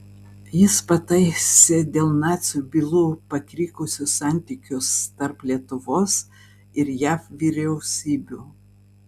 jis pataisė dėl nacių bylų pakrikusius santykius tarp lietuvos ir jav vyriausybių